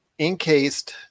encased